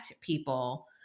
people